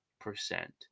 percent